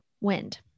wind